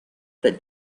that